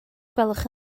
gwelwch